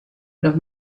los